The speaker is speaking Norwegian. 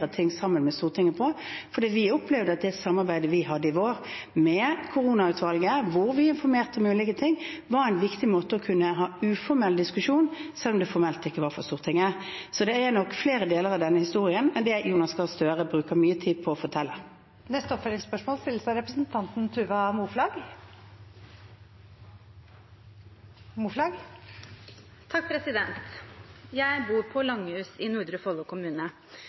ting sammen med Stortinget på, for vi opplevde at det samarbeidet vi hadde i vår, med koronautvalget, hvor vi informerte om ulike ting, var en viktig måte å kunne ha en uformell diskusjon på, selv om det formelt ikke var for Stortinget. Så det er nok flere deler av denne historien enn det Jonas Gahr Støre bruker mye tid på å fortelle. Tuva Moflag – til oppfølgingsspørsmål. Jeg bor på Langhus i